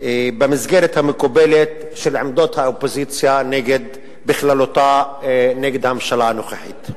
במסגרת המקובלת של עמדת האופוזיציה בכללותה נגד הממשלה הנוכחית.